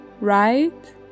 right